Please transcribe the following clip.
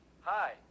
Hi